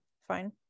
fine